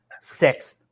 sixth